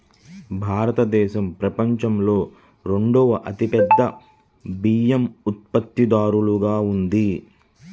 భారతదేశం ప్రపంచంలో రెండవ అతిపెద్ద బియ్యం ఉత్పత్తిదారుగా ఉంది